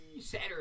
Saturday